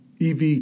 EV